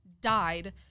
died